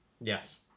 Yes